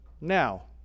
now